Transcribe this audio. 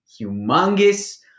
humongous